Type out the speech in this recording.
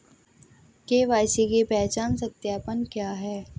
KYC पहचान सत्यापन क्या है?